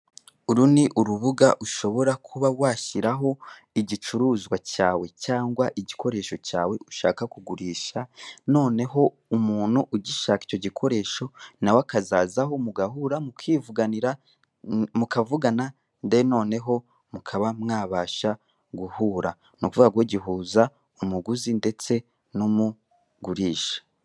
Uru ni urubuga ushobora kuba washyiraho igicuruzwa cyawe cyangwa ikikoresho cyawe ushaka kugurisha noneho umuntu ugishaka icyo gikoresho nawe akazazaho mugahura mukivuganira mukavugana deni noneho mukaba mwabasha guhura ni ukuvuga ko gihuza umuguzi n'umugurisha.